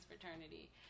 fraternity